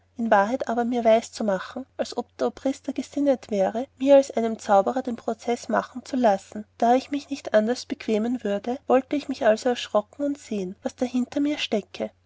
in wahrheit aber mir weiszumachen als ob der obrister gesinnet wäre mir als einem zauberer den prozeß machen zu lassen da ich mich nicht anderst bequemen würde wollten mich also erschröcken und sehen was hinter mir stecke